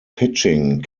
pitching